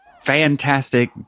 fantastic